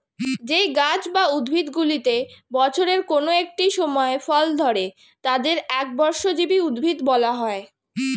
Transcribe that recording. যেই গাছ বা উদ্ভিদগুলিতে বছরের কোন একটি সময় ফল ধরে তাদের একবর্ষজীবী উদ্ভিদ বলা হয়